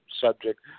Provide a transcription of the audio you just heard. subject